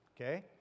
Okay